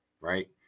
right